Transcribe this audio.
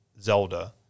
Zelda